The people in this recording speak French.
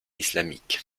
islamique